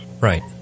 right